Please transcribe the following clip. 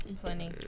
Plenty